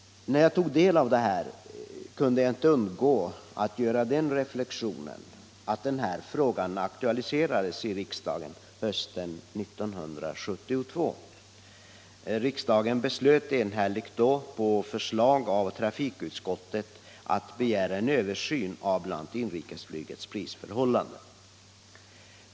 När jag tog del av det här kunde jag inte undgå att göra den reflexionen att den här frågan aktualiserades i riksdagen hösten 1972. Riksdagen beslöt då enhälligt på förslag av trafikutskottet att begära en översyn av bl.a. inrikesflygets prisförhållanden.